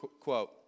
quote